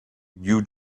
you